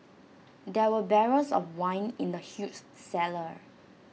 there were barrels of wine in the huge cellar